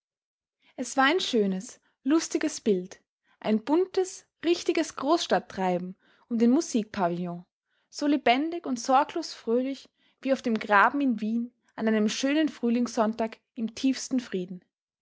es war ein schönes lustiges bild ein buntes richtiges großstadttreiben um den musikpavillon so lebendig und sorglos fröhlich wie auf dem graben in wien an einem schönen frühlingssonntag im tiefsten frieden